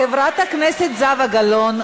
חברת הכנסת זהבה גלאון,